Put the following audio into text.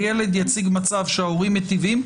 הילד יציג מצב שההורים מיטיבים,